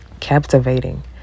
captivating